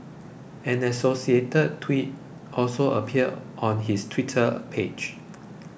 an associated tweet also appeared on his Twitter page